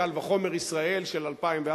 קל וחומר של 2011,